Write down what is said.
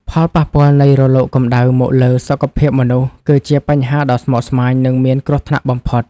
ផលប៉ះពាល់នៃរលកកម្ដៅមកលើសុខភាពមនុស្ស គឺជាបញ្ហាដ៏ស្មុគស្មាញ និងមានគ្រោះថ្នាក់បំផុត។